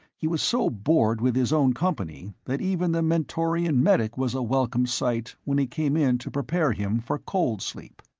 he was so bored with his own company that even the mentorian medic was a welcome sight when he came in to prepare him for cold-sleep.